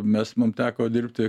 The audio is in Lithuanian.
mes mum teko dirbti